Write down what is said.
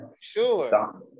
sure